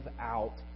out